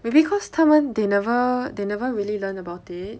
maybe cause 他们 they never they never really learn about it